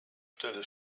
stelle